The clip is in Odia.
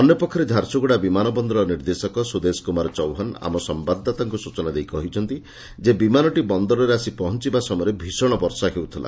ଅନ୍ୟପକ୍ଷରେ ଝାରସୁଗୁଡ଼ା ବିମାନ ବନ୍ଦର ନିର୍ଦ୍ଦେଶକ ସୁଦେଶ କୁମାର ଚୌହାନ୍ ଆମ ସମ୍ଭାଦଦାତାଙ୍କୁ ସୂଚନା ଦେଇ କହିଛନ୍ତି ବିମାନଟି ବନ୍ଦରରେ ଆସି ପହଞ୍ ବା ସମୟରେ ଭୀଷଣ ବର୍ଷା ହେଉଥିଲା